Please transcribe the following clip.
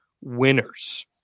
winners